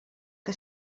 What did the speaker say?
que